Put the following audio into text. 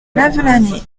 lavelanet